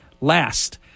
Last